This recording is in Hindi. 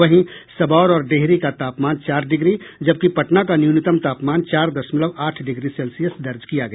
वहीं सबौर और डिहरी का तापमान चार डिग्री जबकि पटना का न्यूनतम तापमान चार दशमलव आठ डिग्री सेल्सियस दर्ज किया गया